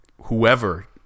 whoever